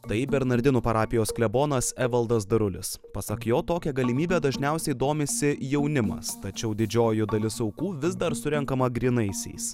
tai bernardinų parapijos klebonas evaldas darulis pasak jo tokia galimybe dažniausiai domisi jaunimas tačiau didžioji dalis aukų vis dar surenkama grynaisiais